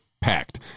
packed